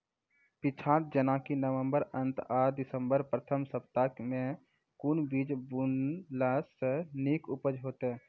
पीछात जेनाकि नवम्बर अंत आ दिसम्बर प्रथम सप्ताह मे कून बीज बुनलास नीक उपज हेते?